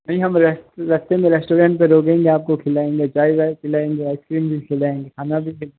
नहीं हम रस्ते में रेस्टोरेंट पे रोकेंगे आपको खिलाएंगे चाय वाय पिलाएंगे आइसक्रीम भी खिलाएंगे खाना भी